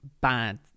bad